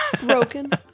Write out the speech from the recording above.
Broken